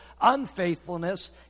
unfaithfulness